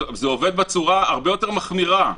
זה עובד בצורה הרבה יותר מחמירה.